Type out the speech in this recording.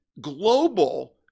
global